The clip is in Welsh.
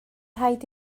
rhaid